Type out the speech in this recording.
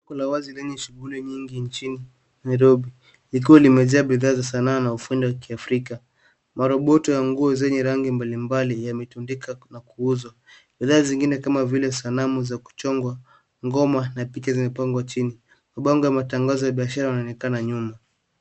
Duka la wazi lenye shughuli nyingi nchini Nairobi likiwa limejaa bidhaa za sanaa na ufundi wa kiafrika maroboto ya nguo zenye rangi mbali mbali yametundika na kuuzwa bidhaa zingine kama vile sanamu za kuchongwa ngoma na picha zimepangwa chini mabango ya matangazo ya biashara yanaonekana nyuma